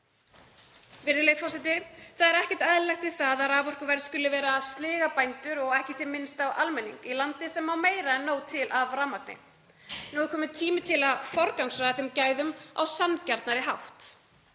Virðulegi forseti. Það er ekkert eðlilegt við það að raforkuverð skuli vera að sliga bændur, svo ekki sé minnst á almenning í landi sem á meira en nóg til af rafmagni. Nú er kominn tími til að forgangsraða þeim gæðum á sanngjarnari hátt.